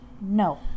no